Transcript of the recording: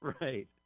Right